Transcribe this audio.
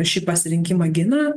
šį pasirinkimą gina